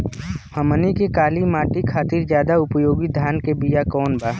हमनी के काली माटी खातिर ज्यादा उपयोगी धान के बिया कवन बा?